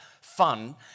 fun